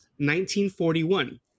1941